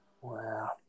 Wow